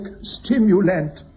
stimulant